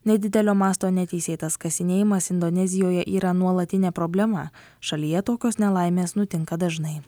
nedidelio masto neteisėtas kasinėjimas indonezijoje yra nuolatinė problema šalyje tokios nelaimės nutinka dažnai